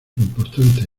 importante